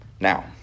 Now